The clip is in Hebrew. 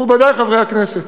מכובדי חברי הכנסת,